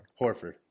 Horford